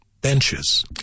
benches